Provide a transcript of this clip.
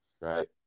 Right